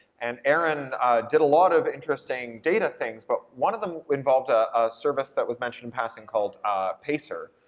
and aaron did a lot of interesting data things, but one of them involved ah a service that was mentioned in passing called pacer.